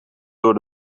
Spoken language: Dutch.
door